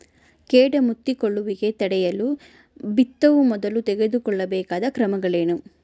ಕೇಟ ಮುತ್ತಿಕೊಳ್ಳುವಿಕೆ ತಡೆಯಲು ಬಿತ್ತುವ ಮೊದಲು ತೆಗೆದುಕೊಳ್ಳಬೇಕಾದ ಕ್ರಮಗಳೇನು?